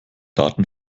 daten